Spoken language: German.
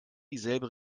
dieselbe